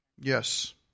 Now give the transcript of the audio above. yes